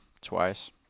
twice